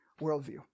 worldview